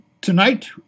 Tonight